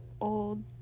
old